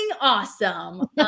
awesome